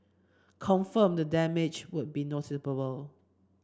confirm the damage would be noticeable